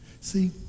See